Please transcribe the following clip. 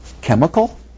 Chemical